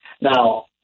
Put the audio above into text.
Now